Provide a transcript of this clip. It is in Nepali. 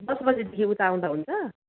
दस बजीदेखि उता आउँदा हुन्छ